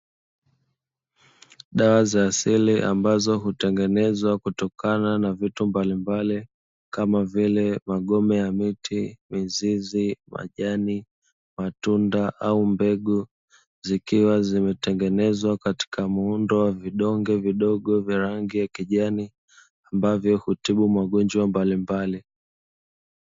Dawa za asili ambazo hutengenezwa kutokana na vitu mbalimbali kama vile: magome ya miti, mizizi, majani, matunda, au mbegu; zikiwa zimetengenezwa katika muundo wa vidonge vidogo vya rangi ya kijani ambavyo hutibu magonjwa mbalimbali.